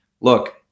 Look